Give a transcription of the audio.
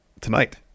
tonight